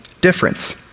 difference